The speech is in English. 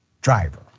driver